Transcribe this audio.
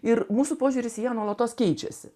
ir mūsų požiūris į ją nuolatos keičiasi